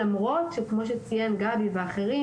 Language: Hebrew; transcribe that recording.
למרות שכמו שציין גבי ואחרים,